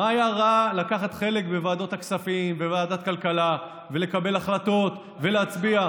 מה היה רע לקחת חלק בוועדת הכספים ובוועדת הכלכלה ולקבל החלטות ולהצביע?